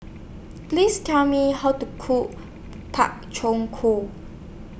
Please Tell Me How to Cook Pak Chong Ko